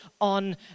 on